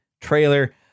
trailer